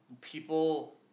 people